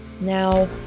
Now